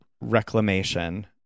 reclamation